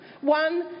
One